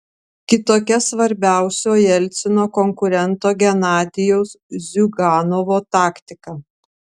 kitokia svarbiausio jelcino konkurento genadijaus ziuganovo taktika